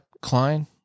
Klein